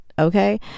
okay